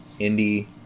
indie